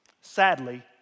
Sadly